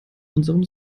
unserem